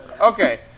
okay